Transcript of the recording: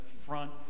front